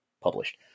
published